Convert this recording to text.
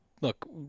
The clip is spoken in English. look